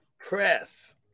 press